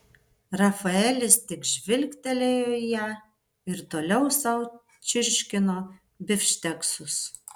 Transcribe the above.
rafaelis tik žvilgtelėjo į ją ir toliau sau čirškino bifšteksus